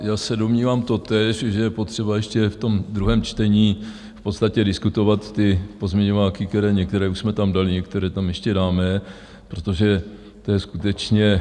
Já se domnívám totéž, že je potřeba ještě ve druhém čtení v podstatě diskutovat ty pozměňováky, které některé už jsme tam dali, některé tam ještě dáme, protože to je skutečně...